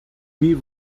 wie